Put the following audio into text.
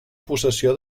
possessió